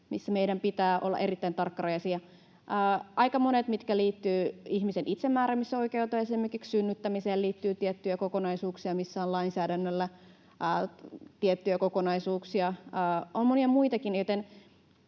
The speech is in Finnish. missä meidän pitää olla erittäin tarkkarajaisia. Aika monet liittyvät ihmisen itsemääräämisoikeuteen, esimerkiksi synnyttämiseen liittyy tiettyjä lainsäädännön kokonaisuuksia, ja on monia muitakin,